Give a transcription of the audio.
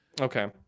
Okay